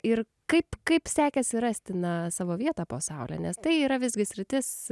ir kaip kaip sekėsi rasti na savo vietą po saule nes tai yra visgi sritis